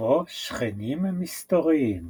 ובו שכנים מסתוריים